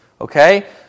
okay